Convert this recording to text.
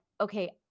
okay